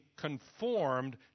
conformed